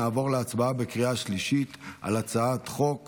נעבור להצבעה בקריאה שלישית על הצעת חוק